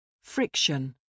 Friction